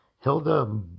Hilda